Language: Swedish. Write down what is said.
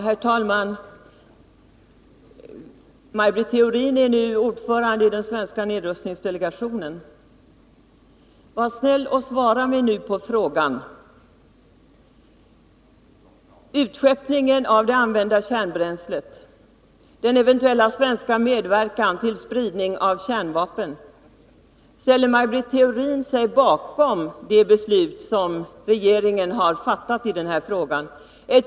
Herr talman! Maj Britt Theorin är nu ordförande i den svenska nedrustningsdelegationen, och jag ber henne därför att vara snäll och svara på min fråga. Ställer sig Maj Britt Theorin bakom regeringens beslut om utskeppning av det använda kärnbränslet? Det kan enligt min mening betyda att Sverige medverkar till spridning av kärnvapen.